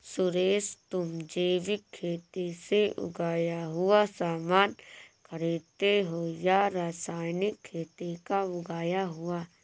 सुरेश, तुम जैविक खेती से उगाया हुआ सामान खरीदते हो या रासायनिक खेती का उगाया हुआ?